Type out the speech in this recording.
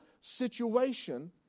situation